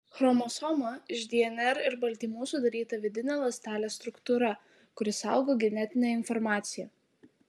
chromosoma iš dnr ir baltymų sudaryta vidinė ląstelės struktūra kuri saugo genetinę informaciją